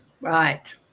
Right